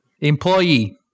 Employee